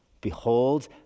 Behold